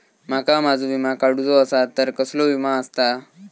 माका माझो विमा काडुचो असा तर कसलो विमा आस्ता?